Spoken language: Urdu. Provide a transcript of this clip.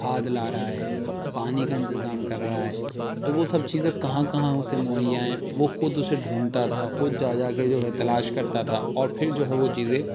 کھاد لا رہا ہے پانی کا انتظام کر رہا ہے تو وہ سب چیزیں کہاں کہاں اسے مہیا ہیں وہ خود اسے ڈھونڈتا تھا خود جا جا کے جو ہے تلاش کرتا تھا اور پھر جو ہے وہ چیزیں